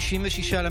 התשפ"ג 2023,